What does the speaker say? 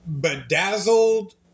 bedazzled